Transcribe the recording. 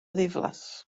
ddiflas